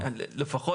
בסוף,